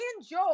enjoy